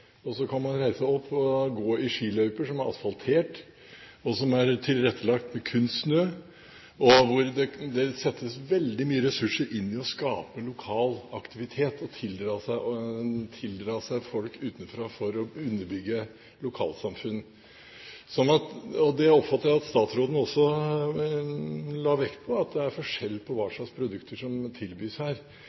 og så kan man reise opp og gå i skiløyper som er asfalterte, og som er tilrettelagt med kunstsnø – det settes veldig mye ressurser inn for å skape lokal aktivitet og tiltrekke seg folk utenfra for å underbygge et lokalsamfunn. Det oppfatter jeg at statsråden også la vekt på – at det er forskjell på hva slags produkter som tilbys her.